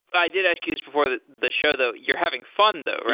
i did ask you this before the the show though, you're having fun though, right?